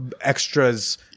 extras